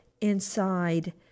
inside